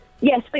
Yes